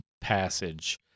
passage